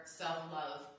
self-love